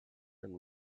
and